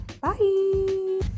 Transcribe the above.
Bye